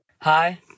Hi